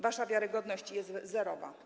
Wasza wiarygodność jest zerowa.